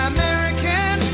American